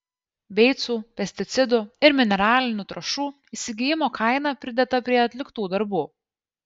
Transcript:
beicų pesticidų ir mineralinių trąšų įsigijimo kaina pridėta prie atliktų darbų